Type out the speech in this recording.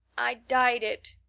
i dyed it.